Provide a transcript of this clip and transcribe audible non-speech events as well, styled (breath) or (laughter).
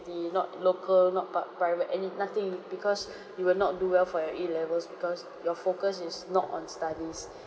not local not pri~ private any nothing because (breath) you will not do well for your A levels because your focus is not on studies (breath)